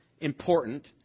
important